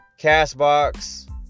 CastBox